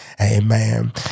Amen